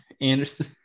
Anderson